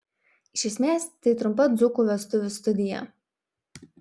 iš esmės tai trumpa dzūkų vestuvių studija